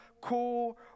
cool